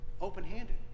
open-handed